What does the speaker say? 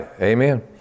Amen